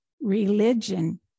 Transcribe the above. Religion